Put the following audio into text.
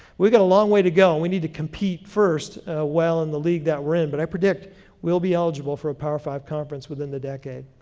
we've got a long way to go, and we need to compete first well in the league that we're in, but i predict we'll be eligible for a power five conference within the decade.